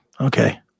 okay